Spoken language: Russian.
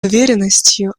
уверенностью